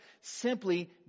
simply